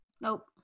Nope